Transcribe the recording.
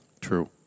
True